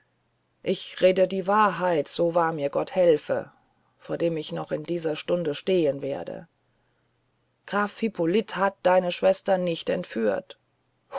ich rede die wahrheit so wahr mir gott helfe vor dem ich noch in dieser stunde stehen werde graf hippolyt hat deine schwester nicht entführt